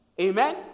Amen